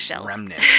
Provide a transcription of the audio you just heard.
remnant